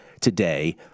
today